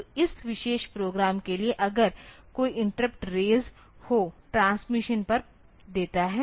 तो इस विशेष प्रोग्राम के लिए अगर कोई इंटरप्ट रेज हो ट्रांसमिशन पर देता है